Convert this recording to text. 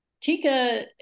Tika